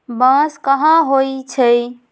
बांस कहाँ होई छई